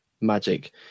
magic